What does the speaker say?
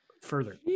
further